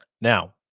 Now